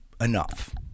enough